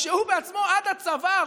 כשהוא בעצמו עד הצוואר,